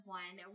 one